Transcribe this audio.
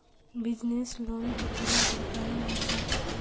Business loan कतेला प्रकारेर होचे?